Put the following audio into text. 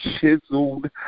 chiseled